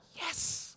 Yes